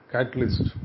Catalyst